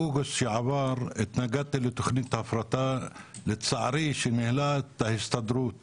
באוגוסט שעבר התנגדתי לתכנית הפרטה שלצערי קידמה ההסתדרות